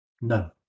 No